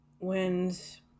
wins